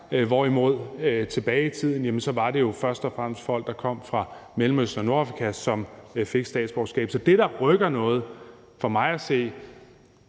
hvorimod det tilbage i tiden jo først og fremmest var folk, der kom fra Mellemøsten og Nordafrika, som fik statsborgerskab. Så det, der rykker noget for mig at se,